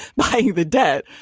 buying the debt.